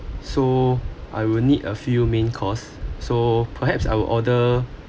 so I will need a few main course so perhaps I will order